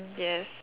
yes